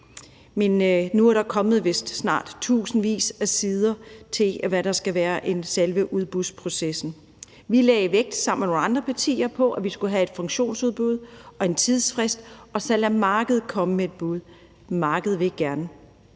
Men nu er der vist snart kommet tusindvis af sider til, hvad der skal være selve udbudsprocessen. Vi lagde sammen med nogle andre partier vægt på, at vi skulle have et funktionsudbud og en tidsfrist og så lade markedet komme med et bud. Markedet vil gerne.